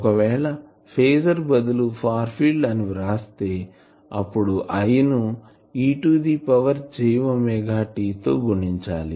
ఒకవేళ ఫేజర్ బదులు far field అని వ్రాస్తే అప్పుడు I ను E to the power J omega t తో గుణించాలి